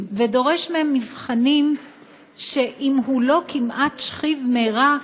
ודורש מהם מבחנים שאם הוא לא כמעט שכיב מרע,